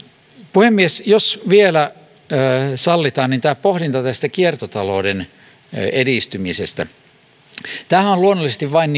puhemies jos vielä sallitaan niin tämä pohdinta kiertotalouden edistymisestä tämähän on luonnollisesti vain